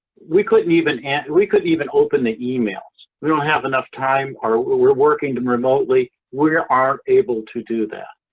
we couldn't even and we couldn't even open the emails. we don't have enough time or we're we're working and remotely. we aren't able to do that.